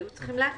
היו צריכים להקים.